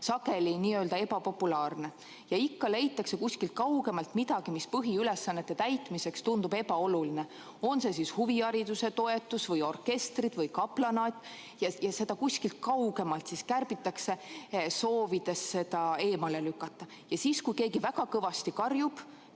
seas on sageli ebapopulaarne. Ikka leitakse kusagilt kaugemalt midagi, mis põhiülesannete täitmiseks tundub ebaoluline, on see siis huviharidustoetus või orkestrid või kaplanaat, ja seda kuskil kaugemal siis kärbitakse, soovides seda eemale lükata. Ja siis, kui keegi väga kõvasti karjub,